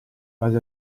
base